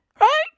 Right